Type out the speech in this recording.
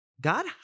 God